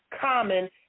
common